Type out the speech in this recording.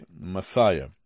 Messiah